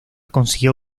consiguió